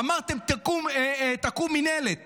אמרתם: תקום מינהלת,